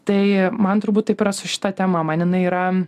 tai man turbūt taip yra su šita tema man jinai yra